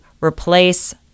replace